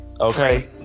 okay